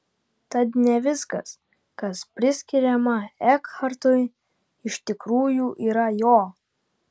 tad ne viskas kas priskiriama ekhartui iš tikrųjų yra jo